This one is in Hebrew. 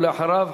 ואחריו,